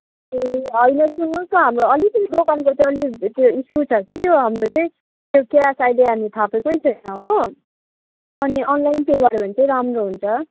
ए होइन सुन्नुहोस् न हाम्रो अलिकति दोकानको त्यो अलिक ऊ त्यो इस्यु छ कि त्यो हाम्रो चाहिँ त्यो क्यास अहिले हामी थापेकै छैन हो अनि अनलाइन पे गर्यो भने चाहिँ राम्रो हुन्छ